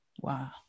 Wow